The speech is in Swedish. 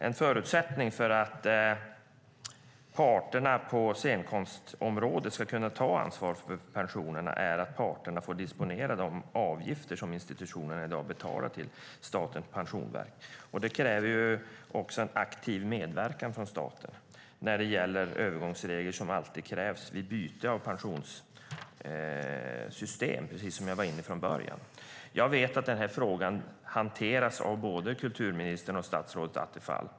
En förutsättning för att parterna på scenkonstområdet ska kunna ta ansvar för pensionerna är att parterna får disponera de avgifter som institutionerna i dag betalar till Statens pensionsverk. Det kräver också en aktiv medverkan från staten när det gäller de övergångsregler som alltid krävs vid byte av pensionssystem, vilket jag var inne på i början. Jag vet att den här frågan hanteras av både kulturministern och statsrådet Attefall.